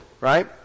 right